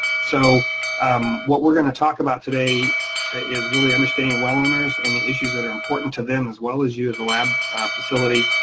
so um what we're gonna talk about today is really understanding well owners and the issues that are important to them, as well as you as a lab facility,